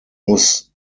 muss